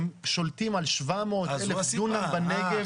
הם שולטים על 700,000 דונם בנגב.